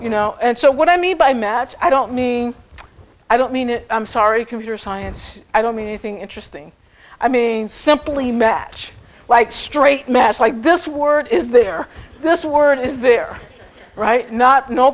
you know and so what i mean by match i don't mean i don't mean i'm sorry computer science i don't mean anything interesting i mean simply match like straight mess like this word is there this word is there right not no